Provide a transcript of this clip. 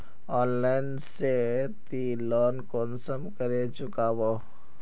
Online से ती loan कुंसम करे चुकाबो?